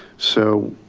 so,